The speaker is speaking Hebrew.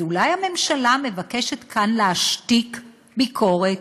אז אולי הממשלה מבקשת כאן להשתיק ביקורת?